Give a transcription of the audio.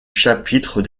chapitre